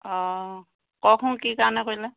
অ' কওকচোন কি কাৰণে কৰিলে